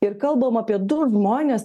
ir kalbam apie du žmones